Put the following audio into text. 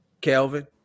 Kelvin